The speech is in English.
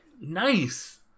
Nice